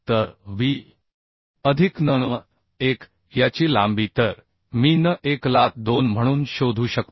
तर b अधिक n1 याची लांबी तर मी n1 ला 2 म्हणून शोधू शकतो